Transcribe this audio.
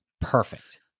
perfect